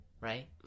right